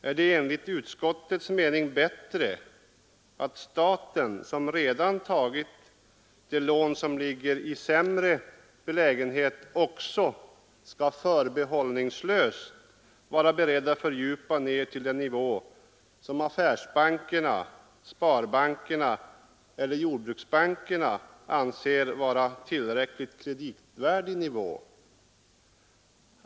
Är det enligt utskottets mening bättre att staten, som redan tagit det lån som ligger i sämre belägenhet, förbehållslöst också skall vara beredd att fördjupa ned till den nivå som affärsbankerna, sparbankerna eller jordbruksbankerna anser vara tillräckligt kreditvärdig nivå?